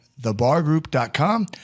thebargroup.com